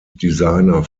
designer